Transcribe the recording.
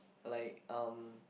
like um